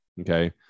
okay